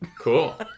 Cool